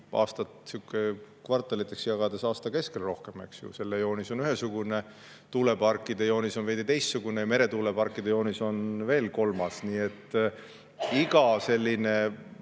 aasta kvartaliteks jagada, aasta keskel rohkem. Selle joonis on ühesugune. [Maismaa] tuuleparkide joonis on veidi teistsugune ja meretuuleparkide joonis on veel kolmas. Iga selline